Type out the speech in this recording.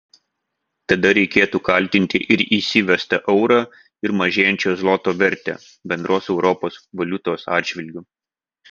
tada reikėtų kaltinti ir įsivestą eurą ir mažėjančio zloto vertę bendros europos valiutos atžvilgiu